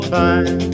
time